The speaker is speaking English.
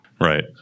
Right